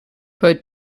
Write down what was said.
put